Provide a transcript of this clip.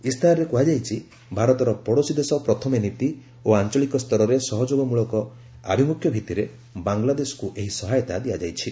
ଇସ୍ତାହାରରେ କୁହାଯାଇଛି ଭାରତର 'ପଡ଼ୋଶୀ ଦେଶ ପ୍ରଥମେ ନୀତି' ଓ ଆଞ୍ଚଳିକ ସ୍ତରରେ ସହଯୋଗମ୍ଭଳକ ଆଭିମୁଖ୍ୟ ଭିତ୍ତିରେ ବାଂଲାଦେଶକୁ ଏହି ସହାୟତା ଦିଆଯାଇଛି